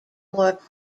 more